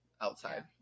outside